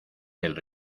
del